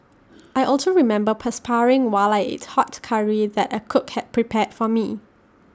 I also remember perspiring while I ate hot Curry that A cook had prepared for me